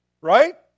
right